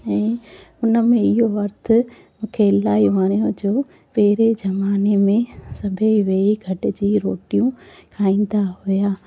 ऐं उनमें इहो वक़्ति मूंखे इलाही वणियो जो पहिरें ज़माने में सभेई वेही गॾिजी रोटियूं खाईंदा हुया